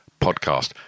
podcast